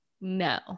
no